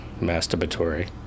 Masturbatory